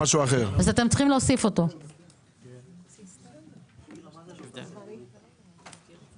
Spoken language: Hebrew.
אזור התעשייה מבקיעים,